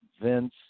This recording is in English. Vince